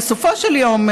בסופו של יום,